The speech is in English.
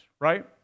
right